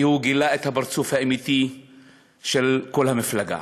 כי הוא גילה את הפרצוף האמיתי של כל המפלגה.